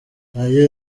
yagize